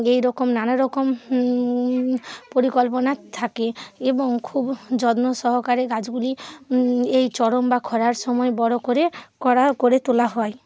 এই রকম নানা রকম পরিকল্পনা থাকে এবং খুব যত্ন সহকারে গাছগুলি এই চরম বা খরার সময়ে বড় করা করে তোলা হয়